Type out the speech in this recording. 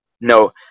no